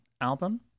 album